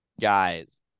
guys